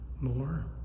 more